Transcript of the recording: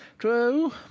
True